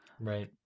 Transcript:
Right